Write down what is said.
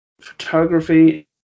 photography